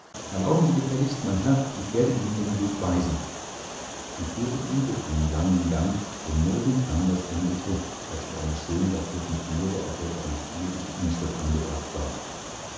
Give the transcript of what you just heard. erlauben sie gefälligst mein herr ich werde ihnen den weg weisen und führte ihn durch einen langen gang der nirgend anders endigte als vor einer schön lackierten türe auf welcher eine zierliche inschrift angebracht war